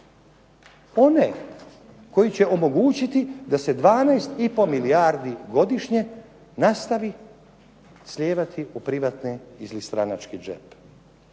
one koji će omogućiti da se 12 i pol milijardi godišnje nastavi slijevati u privatne ili stranački džep.